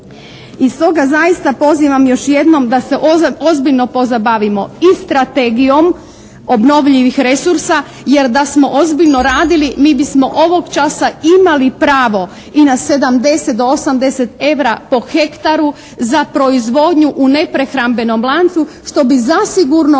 I stoga zaista pozivam još jednom da se ozbiljno pozabavimo i strategijom obnovljivih resursa jer da smo ozbiljno radili mi bismo ovog časa imali pravo i na 70 do 80 eura po hektaru za proizvodnju u neprehrambenom lancu, što bi zasigurno